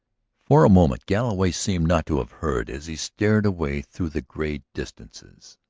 for a moment galloway seemed not to have heard as he stared away through the gray distances.